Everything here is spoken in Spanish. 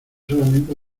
solamente